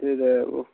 त्यही त